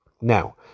Now